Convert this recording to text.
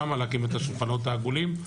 שם להקים את השולחנות העגולים,